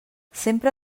sempre